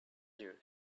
you